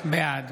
בעד